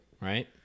Right